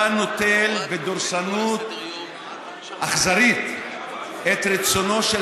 אתה נוטל בדורסנות אכזרית את רצונו של